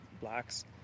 blacks